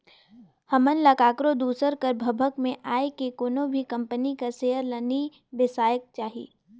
हमन ल काकरो दूसर कर भभक में आए के कोनो भी कंपनी कर सेयर ल नी बेसाएक चाही